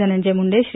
Dhananjay Munde Shri